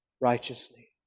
righteously